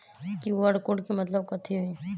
QR code के मतलब कथी होई?